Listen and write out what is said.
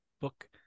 book